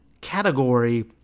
category